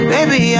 Baby